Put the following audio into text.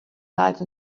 life